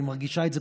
אני מרגישה את זה,